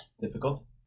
Difficult